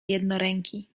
jednoręki